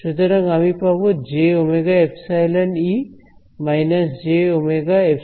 সুতরাং আমি পাবো jωεE − jωε0E0